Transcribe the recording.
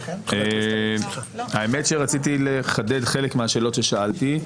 האמת שרציתי לחדד חלק מהשאלות ששאלתי,